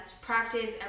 practice